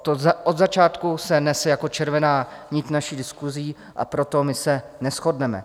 To od začátku se nese jako červená nit naší diskusí, a proto my se neshodneme.